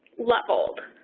leveled.